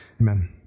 Amen